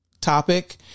topic